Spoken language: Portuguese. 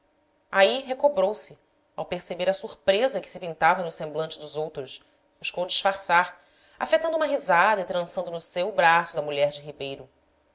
eles aí recobrou se ao perceber a surpresa que se pintava no semblante dos outros buscou disfarçar afetando uma risada e trançando no seu o braço da mulher de ribeiro